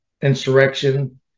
insurrection